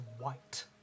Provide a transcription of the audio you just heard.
white